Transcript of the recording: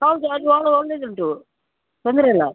ಹೌದು ಅದು ಭಾಳ ಒಳ್ಳೇದು ಉಂಟು ತೊಂದ್ರೆಲ್ಲ